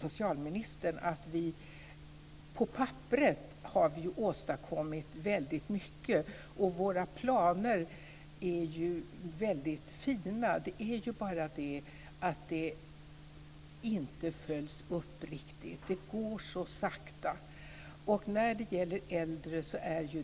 socialministern att vi på papperet har åstadkommit väldigt mycket. Våra planer är väldigt fina. Det som brister är bara att de inte följs upp riktigt. Det går så sakta.